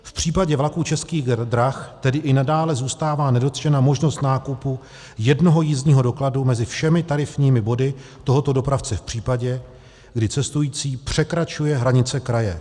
V případě vlaků Českých drah tedy i nadále zůstává nedotčena možnost nákupu jednoho jízdního dokladu mezi všemi tarifními body tohoto dopravce v případě, kdy cestující překračuje hranice kraje.